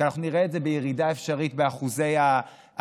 כי אנחנו נראה את זה בירידה אפשרית באחוזי ההצבעה.